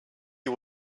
you